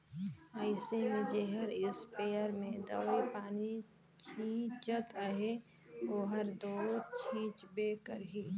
अइसे में जेहर इस्पेयर में दवई पानी छींचत अहे ओहर दो छींचबे करही